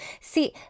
See